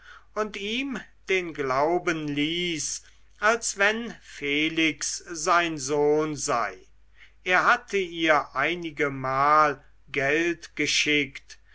und ihm den glauben ließ als wenn felix sein sohn sei er hatte ihr einigemal geld geschickt